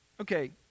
okay